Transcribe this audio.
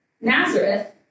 Nazareth